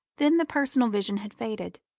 then the personal vision had faded,